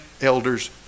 elders